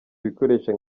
bikoresho